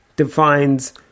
defines